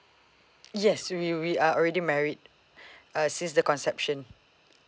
yes we we are already married uh since the conception